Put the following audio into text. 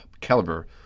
caliber